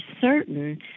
certain